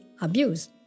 abuse